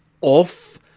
off